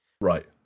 Right